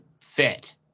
fit